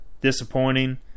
disappointing